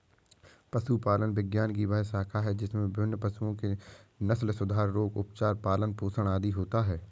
पशुपालन विज्ञान की वह शाखा है जिसमें विभिन्न पशुओं के नस्लसुधार, रोग, उपचार, पालन पोषण आदि होता है